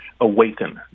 awaken